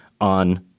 on